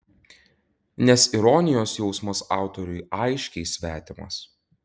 nes ironijos jausmas autoriui aiškiai svetimas